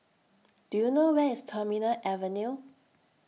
Do YOU know Where IS Terminal Avenue